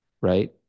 right